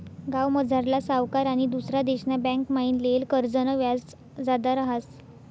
गावमझारला सावकार आनी दुसरा देशना बँकमाईन लेयेल कर्जनं व्याज जादा रहास